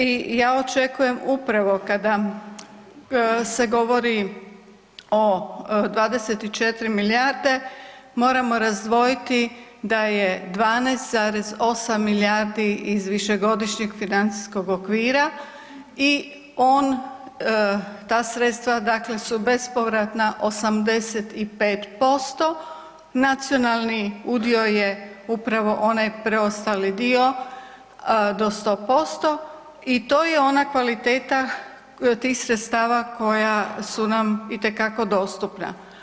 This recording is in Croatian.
I ja očekujem upravo kada se govori o 24 milijarde moramo razdvojiti da je 12,8 milijardi iz višegodišnjeg financijskog okvira i ta sredstva su bespovratna 85%, nacionalni udio je upravo onaj preostali dio do 100% i to je ona kvaliteta tih sredstava koja su nam itekako dostupna.